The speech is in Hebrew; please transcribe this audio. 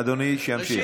שאדוני ימשיך.